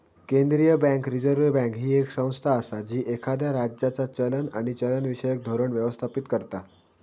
केंद्रीय bank, reserve bank, ही येक संस्था असा जी एखाद्या राज्याचा चलन आणि चलनविषयक धोरण व्यवस्थापित करता